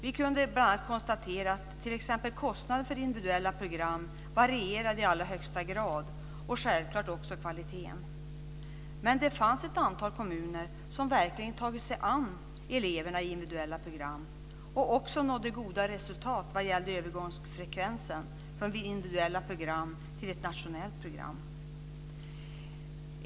Vi kunde bl.a. konstatera att t.ex. kostnaden för individuella program i allra högsta grad varierade och självklart också kvaliteten. Men det fanns ett antal kommuner som verkligen hade tagit sig an eleverna i individuella program och också nådde goda resultat vad gällde frekvensen av övergångar från ett individuellt program till ett nationellt program.